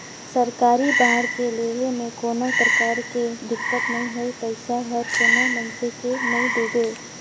सरकारी बांड के लेहे में कोनो परकार के दिक्कत नई होए पइसा हर कोनो मइनसे के नइ डुबे